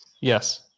Yes